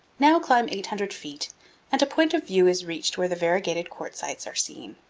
now climb eight hundred feet and a point of view is reached where the variegated quartzites are seen.